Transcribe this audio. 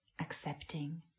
accepting